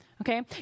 okay